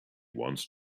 wants